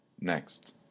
Next